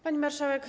Pani Marszałek!